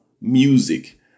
music